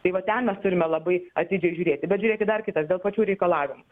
tai va ten mes turime labai atidžiai žiūrėti bet žiūrėkit dar kitas dėl pačių reikalavimų